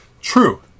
True